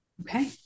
Okay